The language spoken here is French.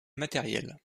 matériel